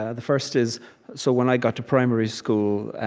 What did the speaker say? ah the first is so when i got to primary school,